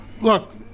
look